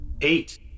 Eight